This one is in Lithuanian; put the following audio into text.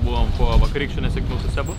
buvom po vakarykščių nesėkmių su sebu